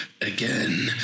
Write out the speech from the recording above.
again